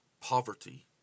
poverty